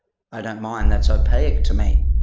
i don't mind. that's opaque to me.